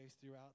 throughout